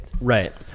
right